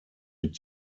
mit